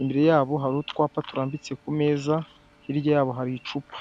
imbere yabo hari utwapa turambitse ku meza, hirya yabo hari icupa.